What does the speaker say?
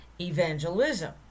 evangelism